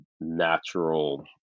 natural